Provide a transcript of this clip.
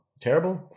terrible